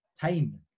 time